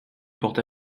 porte